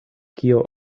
kio